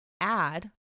add